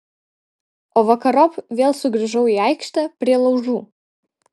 o vakarop vėl sugrįžau į aikštę prie laužų